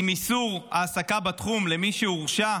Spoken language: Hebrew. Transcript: עם איסור העסקה בתחום למי שהורשע,